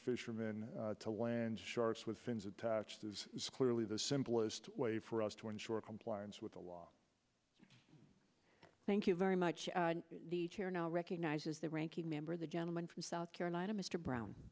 fishermen to land sharks with fins attached is clearly the simplest way for us to ensure compliance with the law thank you very much the chair now recognizes the ranking member the gentleman from south carolina mr brown